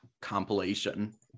compilation